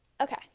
Okay